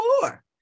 more